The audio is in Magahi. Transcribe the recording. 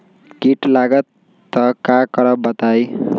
कीट लगत त क करब बताई?